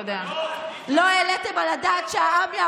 הוא יודע באיזו ממשלה לתת אמון.